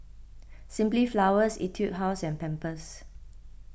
Simply Flowers Etude House and Pampers